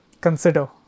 Consider